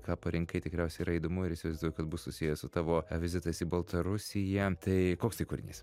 ką parinkai tikriausiai yra įdomu ir įsivaizduoju kad bus susiję su tavo vizitais į baltarusiją tai koks tai kūrinys